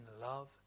love